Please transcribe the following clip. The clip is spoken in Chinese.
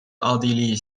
奥地利